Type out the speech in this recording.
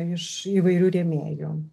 iš įvairių rėmėjų